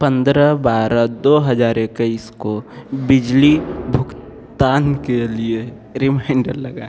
पंद्रह बारह दो हज़ार इक्कीस को बिजली भुगतान के लिए रिमाइंडर लगाएँ